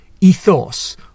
ethos